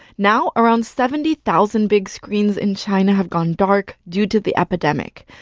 now, around seventy thousand big screens in china have gone dark due to the epidemic.